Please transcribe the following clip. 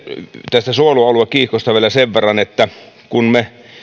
tästä suojelualuekiihkosta vielä sen verran että kun me